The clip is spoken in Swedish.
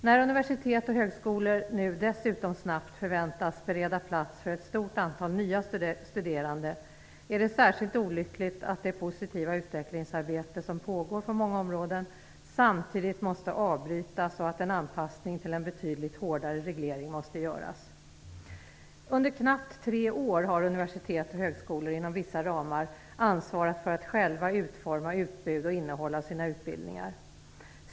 När universitet och högskolor nu dessutom snabbt förväntas bereda plats för ett stort antal nya studerande är det särskilt olyckligt att det positiva utvecklingsarbete som pågår på många områden samtidigt måste avbrytas och att en anpassning till en betydligt hårdare reglering måste göras. Under knappt tre år har universitet och högskolor inom vissa ramar ansvarat för att själva utforma utbud av och innehåll i sina utbildningar.